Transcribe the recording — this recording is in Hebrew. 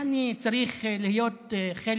מה אני צריך להיות חלק